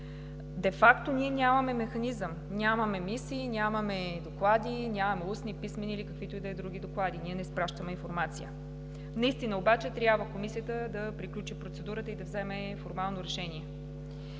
Де факто ние нямаме механизъм, нямаме мисии, нямаме доклади, нямаме устни, писмени или каквито и да е други доклади, ние не изпращаме информация. Наистина обаче трябва Комисията да приключи процедурата и да вземе формално решение.